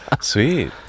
Sweet